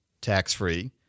tax-free